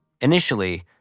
Initially